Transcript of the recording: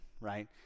right